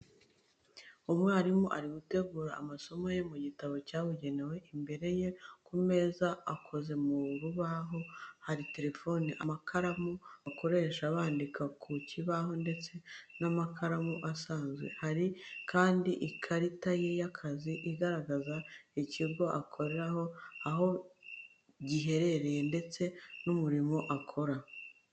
Umwarimu ari gutegura amasomo ye mu gitabo cyabugenewe, imbere ye ku meze akoze mu rubaho hari telefoni, amakaramu bakoresha bandika ku kibaho ndetse n'amakaramu asanzwe. Hari kandi ikarita ye y'akazi, igaragaza ikigo akoraho, aho giherereye ndetse n'umurimo akora.